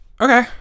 Okay